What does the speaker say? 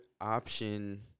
option